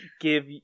give